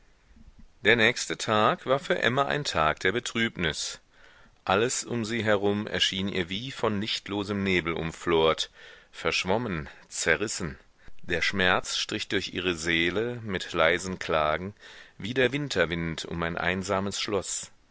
der nächste tag war für emma ein tag der betrübnis alles um sie herum erschien ihr wie von lichtlosem nebel umflort verschwommen zerrissen der schmerz strich durch ihre seele mit leisen klagen wie der winterwind um ein einsames schloß